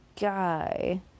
guy